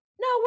no